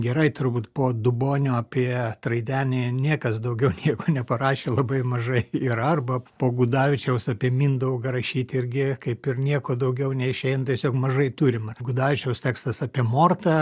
gerai turbūt po dubonio apie traidenį niekas daugiau nieko neparašė labai mažai yra arba po gudavičiaus apie mindaugą rašyt irgi kaip ir nieko daugiau neišein tiesiog mažai turim gudavičiaus tekstas apie mortą